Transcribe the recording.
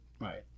Right